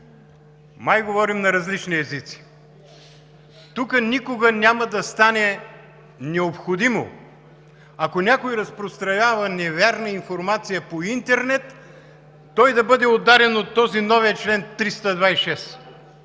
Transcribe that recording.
май говорим на различни езици. Тук никога няма да стане необходимо, ако някой разпространява невярна информация по интернет, той да бъде ударен от този, новия член 326.